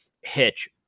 hitch